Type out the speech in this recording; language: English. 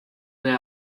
were